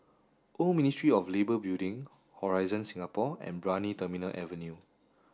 Old Ministry of Labour Building Horizon Singapore and Brani Terminal Avenue